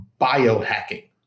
biohacking